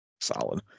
solid